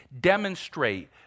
demonstrate